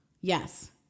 Yes